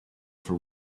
for